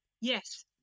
Yes